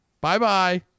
Bye-bye